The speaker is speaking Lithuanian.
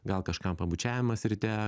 gal kažkam pabučiavimas ryte